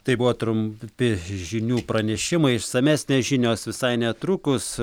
tai buvo trumpi žinių pranešimai išsamesnės žinios visai netrukus